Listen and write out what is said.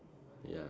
ya